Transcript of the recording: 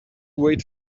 wait